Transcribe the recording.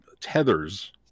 tethers